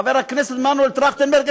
חבר הכנסת מנואל טרכטנברג,